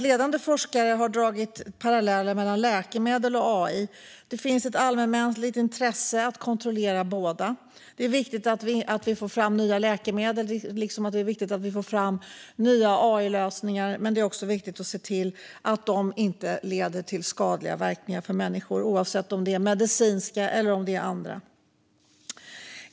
Ledande forskare har dragit paralleller mellan läkemedel och AI, det vill säga att det finns ett allmänmänskligt intresse att kontrollera båda. Det är viktigt att vi får fram nya läkemedel, liksom det är viktigt att vi får fram nya AI-lösningar. Och det är viktigt att se till att de inte leder till skadliga verkningar för människor, oavsett om det är medicinska verkningar eller något annat.